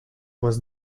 was